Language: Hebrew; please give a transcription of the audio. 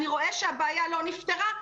אני רואה שהבעיה לא נפתרה,